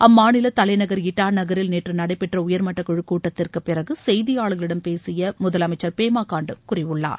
அம்மாநில தலைநகர் இட்டா நகரில் நேற்று நடைபெற்ற உயர்மட்ட குழுக் கூட்டத்திற்கு பிறகு செய்தியாளர்களிடம் பேசிய முதலமைச்சர் பெமாகண்டு கூறியுள்ளார்